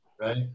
right